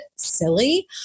silly